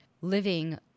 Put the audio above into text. living